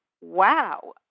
wow